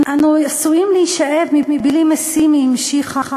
אנו עשויים להישאב מבלי משים" היא המשיכה,